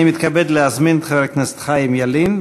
אני מתכבד להזמין את חבר הכנסת חיים ילין,